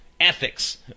ethics